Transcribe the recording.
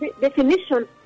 definition